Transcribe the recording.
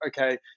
okay